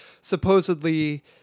supposedly